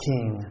King